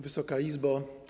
Wysoka Izbo!